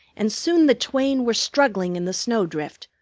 and soon the twain were struggling in the snowdrift,